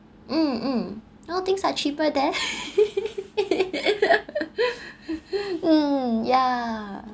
mm mm now things are cheaper there mm yeah